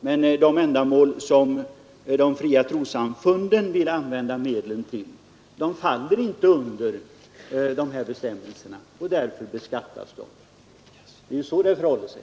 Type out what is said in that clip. Men de ändamål som de fria trossamfunden vill använda medlen till faller inte under dessa bestämmelser, och därför beskattas de. Det är så det förhåller sig.